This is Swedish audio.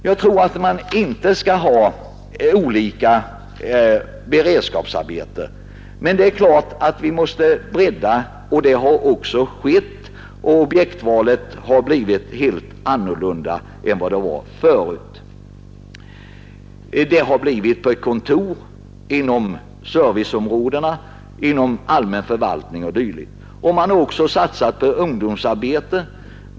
Jag tror inte att man skall ha olika slag av beredskapsarbeten, men det är klart att vi måste göra en breddning. Det har också skett, och objektvalet har därigenom blivit helt annorlunda än vad det var tidigare. Beredskapsarbeten kan numera erbjudas på kontor, inom serviceområdena, den allmänna förvaltningen m.m. Man har också satsat på ungdomsarbete.